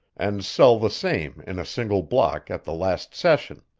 and sell the same in a single block at the last session.